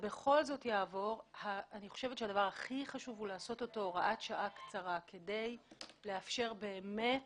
הדבר הכי חשוב הוא לעשות אותו הוראת שעה קצרה כדי לאפשר באמת